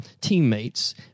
teammates